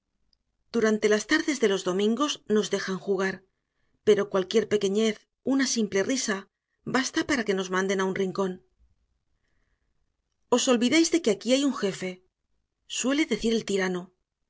durante las tardes de los domingos nos dejan jugar pero cualquier pequeñez una simple risa basta para que nos manden a un rincón os olvidáis de que aquí hay un jefe suele decir el tirano